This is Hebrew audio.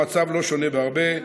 המצב לא שונה בהרבה.